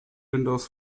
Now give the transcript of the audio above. windows